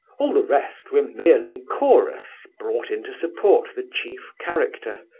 all the rest were merely chorus, brought in to support the chief character.